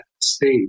stage